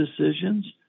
decisions